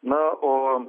na o